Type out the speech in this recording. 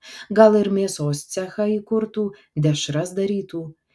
gal ir mėsos cechą įkurtų dešras darytų